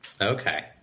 Okay